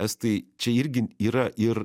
estai čia irgi yra ir